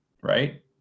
right